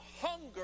hunger